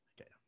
okay